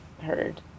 heard